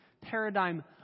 paradigm